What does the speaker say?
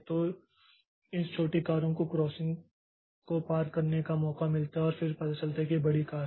तो इस छोटी कारों को इस क्रॉसिंग को पार करने का मौका मिलता है और फिर पता चलता है कि यह बड़ी कार है